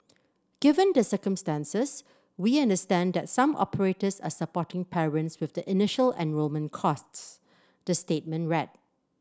given the circumstances we understand that some operators are supporting parents with the initial enrolment costs the statement read